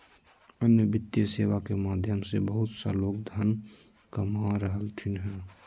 अन्य वित्तीय सेवाएं के माध्यम से बहुत सा लोग धन कमा रहलथिन हें